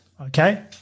Okay